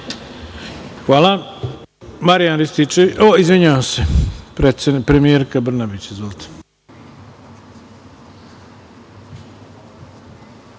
Hvala.